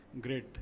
great